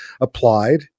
applied